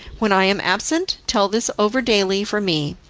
when i am absent, tell this over daily for me.